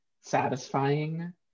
satisfying